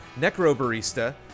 Necrobarista